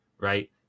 right